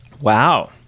Wow